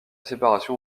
séparation